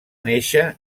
néixer